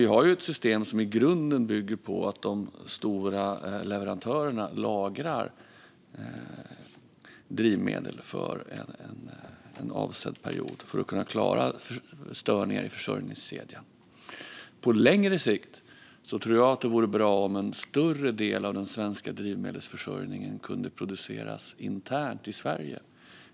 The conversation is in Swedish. Vi har ett system som i grunden bygger på att de stora leverantörerna lagrar drivmedel för en avsedd period för att kunna klara störningar i försörjningskedjan. På längre sikt tror jag att det vore bra om en större del av den svenska drivmedelsförsörjningen kunde produceras internt, i Sverige.